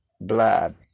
blood